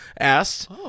Asked